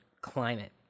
climate